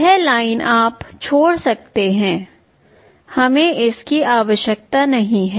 यह लाइन आप छोड़ सकते हैं हमें इसकी आवश्यकता नहीं है